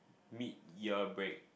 mid year break